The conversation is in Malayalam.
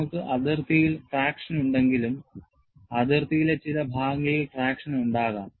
നമുക്ക് അതിർത്തിയിൽ ട്രാക്ഷൻ ഉണ്ടെങ്കിലും അതിർത്തിയിലെ ചില ഭാഗങ്ങളിൽ ട്രാക്ഷൻ ഉണ്ടാകാം